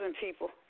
people